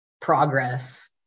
progress